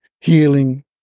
healing